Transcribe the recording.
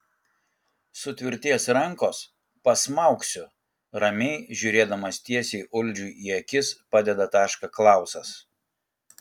sutvirtės rankos pasmaugsiu ramiai žiūrėdamas tiesiai uldžiui į akis padeda tašką klausas